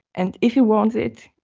and if you want it,